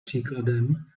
příkladem